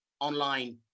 online